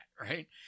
right